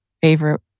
favorite